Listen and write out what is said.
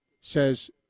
says